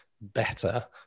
better